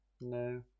No